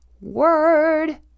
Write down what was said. word